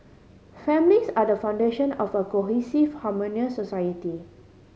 families are the foundation of a cohesive harmonious society